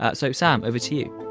ah so sam over to you.